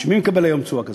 מי מקבל היום תשואה כזאת?